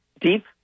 deep